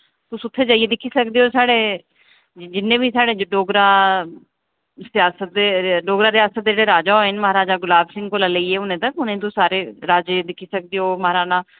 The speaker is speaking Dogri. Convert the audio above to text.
तुस उत्थै जाइयै दिक्खी सकदे ओ साढ़े जिन्ने बी साढ़ा रियासत दे डोगरा रियासत दे जेह्ड़े महाराजा होए न राजा गुलाब सिंह कोला लेइयै हुनै तक उ'नें गी तुस सारे राजे दिक्खी सकदे ओ महाराना